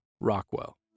Rockwell